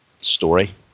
story